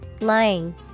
Lying